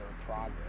progress